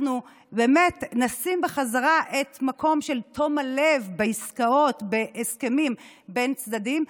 אנחנו נשים בחזרה את המקום של תום הלב בעסקאות ובהסכמים בין צדדים,